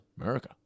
America